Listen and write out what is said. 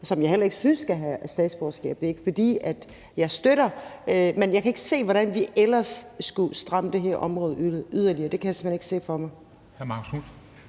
som jeg heller ikke synes skal have statsborgerskab. Det er ikke, fordi jeg støtter det, men jeg kan ikke se, hvordan vi ellers skulle stramme yderligere på det her område. Det kan jeg simpelt hen ikke se for mig.